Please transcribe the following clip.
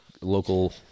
local